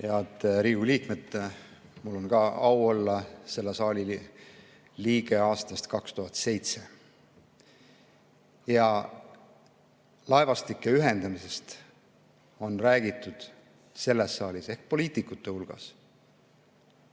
Head Riigikogu liikmed! Mul on ka au olla selle saali liige aastast 2007. Ja laevastike ühendamisest on räägitud selles saalis ehk poliitikute hulgas